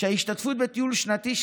שההשתתפות בטיול שנתי,